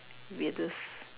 weirdest